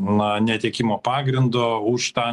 na netekimo pagrindo už tą